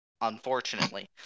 unfortunately